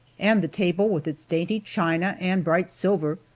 and the table with its dainty china and bright silver,